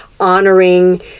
honoring